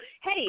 hey